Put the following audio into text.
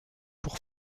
pour